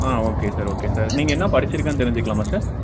ஆ okay sir okay sir நீங்கள் என்ன படிச்சுருக்கேனு தெரிஞ்சுக்கலாமா சார்